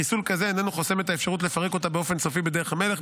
אך חיסול כזה איננו חוסם את האפשרות לפרק אותה באופן סופי בדרך המלך,